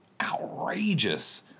outrageous